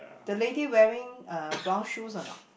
the lady wearing a brown shoes or not